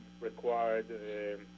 required